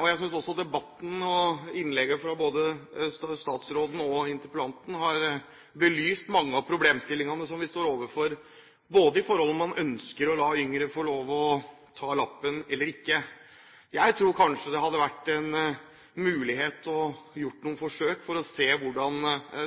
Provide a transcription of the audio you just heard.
Jeg synes debatten og innleggene fra både statsråden og interpellanten har belyst mange av de problemstillingene vi står overfor, også om man ønsker å la yngre få lov til å ta lappen eller ikke. Jeg tror kanskje det hadde vært en mulighet å gjøre noen forsøk for å se hvordan